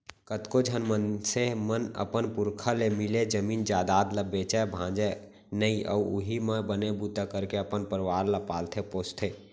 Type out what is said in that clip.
कतको झन मनसे मन अपन पुरखा ले मिले जमीन जयजाद ल बेचय भांजय नइ अउ उहीं म बने बूता करके अपन परवार ल पालथे पोसथे